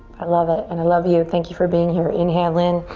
i love it and i love you. thank you for being here. inhale in.